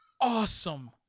awesome